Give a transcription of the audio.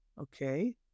Okay